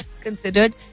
considered